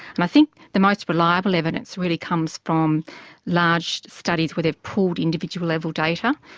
and i think the most reliable evidence really comes from large studies where they've pooled individual level data.